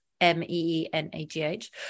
M-E-E-N-A-G-H